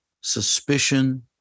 suspicion